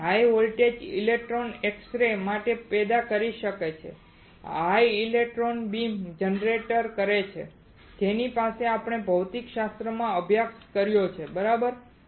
અને high voltage electron X ray પેદા કરી શકે છે હાઇ ઇલેક્ટ્રોન બીમ જનરેટ કરે છે જેની સાથે આપણે ભૌતિકશાસ્ત્રમાં અભ્યાસ કર્યો છે બરાબર